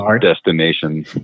destination